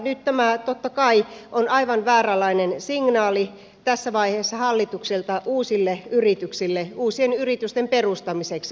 nyt tämä totta kai on aivan vääränlainen signaali tässä vaiheessa hallitukselta uusien yritysten perustamiseksi